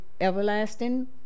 everlasting